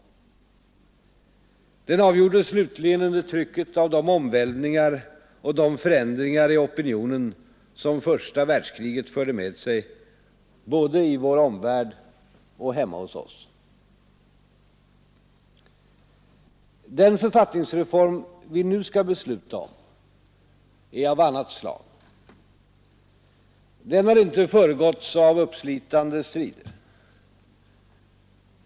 Den avgjordes slutligen under trycket av de omvälvningar ndringar i opinionen som fö både i vår omvärld och hemma hos oss. rsta världskriget förde med sig Den författningsreform vi nu skall besluta om är av annat slag. Den | har inte föregåtts av uppslitande strider.